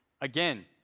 again